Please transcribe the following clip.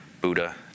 Buddha